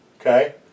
Okay